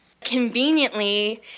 Conveniently